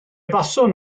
buaswn